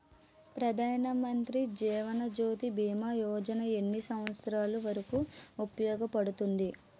ప్రధాన్ మంత్రి జీవన్ జ్యోతి భీమా యోజన ఎన్ని సంవత్సారాలు వరకు ఉపయోగపడుతుంది?